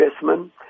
investment